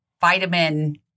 vitamin